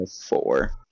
four